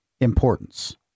importance